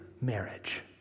marriage